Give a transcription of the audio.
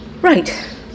Right